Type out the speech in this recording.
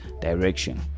direction